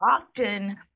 often